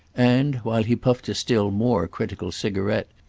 and, while he puffed a still more critical cigarette,